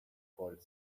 foiled